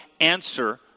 answer